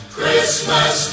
Christmas